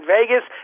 Vegas